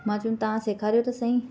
मां चयमि तव्हां सेखारियो त सहीं